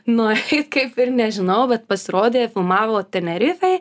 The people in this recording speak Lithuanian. nueit kaip ir nežinau bet pasirodė filmavo tenerifėj